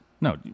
No